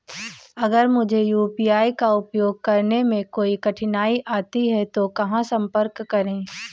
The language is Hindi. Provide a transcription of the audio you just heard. अगर मुझे यू.पी.आई का उपयोग करने में कोई कठिनाई आती है तो कहां संपर्क करें?